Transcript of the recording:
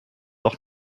auch